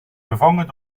vervangen